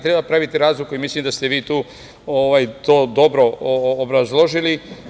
Treba praviti razliku i mislim da ste vi tu to dobro obrazložili.